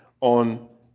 on